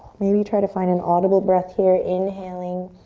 maybe try to find an audible breath here, inhaling